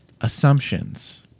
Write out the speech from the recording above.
Assumptions